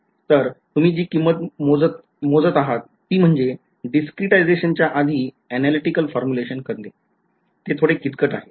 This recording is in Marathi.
तर तुम्ही जी किंमत मोजता ती म्हणजे discretization च्या आधी ऍनालीटीकल फॉर्म्युलेशन करणे ते थोडे किचकट आहे